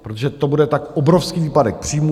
Protože to bude tak obrovský výpadek příjmů.